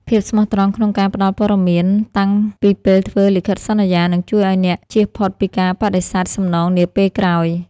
ភាពស្មោះត្រង់ក្នុងការផ្ដល់ព័ត៌មានតាំងពីពេលធ្វើលិខិតសន្យា នឹងជួយឱ្យអ្នកជៀសផុតពីការបដិសេធសំណងនាពេលក្រោយ។